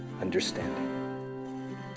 understanding